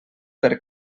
per